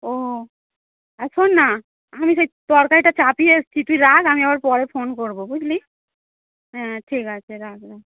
ও আর শোন না আমি সেই তরকারিটা চাপিয়ে এসছি তুই রাখ আমি আবার পরে ফোন করবো বুঝলি হ্যাঁ ঠিক আছে রাখ রাখ